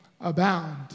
abound